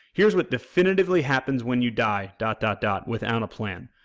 here's what definitively happens when you die, dot, dot, dot, without a plan.